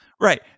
Right